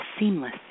seamless